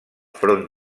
front